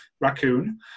raccoon